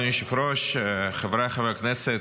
אדוני היושב-ראש חבריי חברי הכנסת.